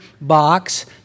box